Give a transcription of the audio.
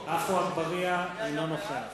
אינו נוכח